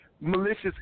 malicious